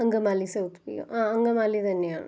Angamaly south P O അ അങ്കമാലി തന്നെയാണ്